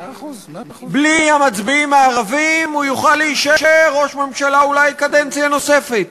בלי המצביעים הערבים הוא יוכל להישאר ראש ממשלה אולי קדנציה נוספת.